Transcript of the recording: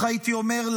ככה הייתי אומר,